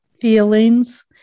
feelings